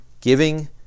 giving